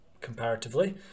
comparatively